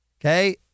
okay